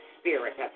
spirit